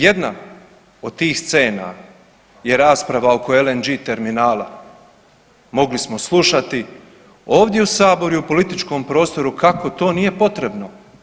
Jedna od tih scena je rasprava oko LNG terminala, mogli smo slušati ovdje u saboru i političkom prostoru kako to nije potrebno.